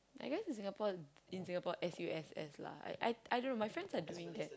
I guess in Singapore in Singapore S_U_S_S lah I don't know my friends are doing that